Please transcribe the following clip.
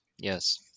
Yes